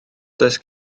does